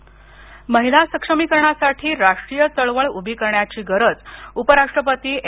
नायड् महिला सक्षमीकरणासाठी राष्ट्रीय चळवळ उभी करण्याची गरज उपराष्ट्रपती एम